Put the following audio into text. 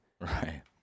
Right